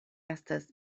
estas